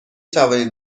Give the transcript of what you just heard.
توانید